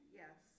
yes